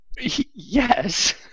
Yes